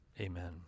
Amen